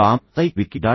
com psych wiki